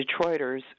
Detroiters